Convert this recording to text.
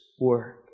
work